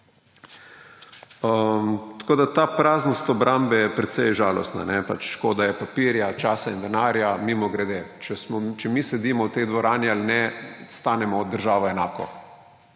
Tako da je ta praznost obrambe precej žalostna, škoda je papirja, časa in denarja. Mimogrede, če mi sedimo v tej dvorani ali ne, stanemo državo enako.